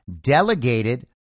delegated